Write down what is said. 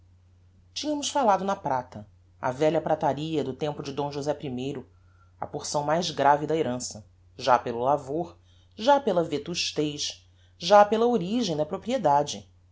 tinhamos falado na prata a velha prataria do tempo de d josé i a porção mais grave da herança já pelo lavor já pela vetustez já pela origem da propriedade